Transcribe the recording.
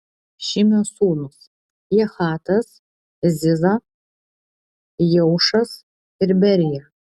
šimio sūnūs jahatas ziza jeušas ir berija